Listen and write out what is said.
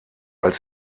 als